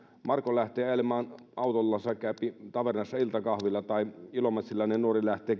marco lähtee ajelemaan autollansa ja käypi tavernassa iltakahvilla kuin se että ilomantsilainen nuori lähtee